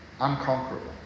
unconquerable